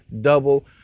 double